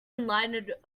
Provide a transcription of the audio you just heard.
enlightened